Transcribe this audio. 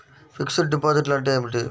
Fixed డిపాజిట్లు అంటే ఏమిటి?